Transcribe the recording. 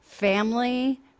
Family